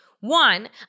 One